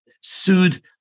sued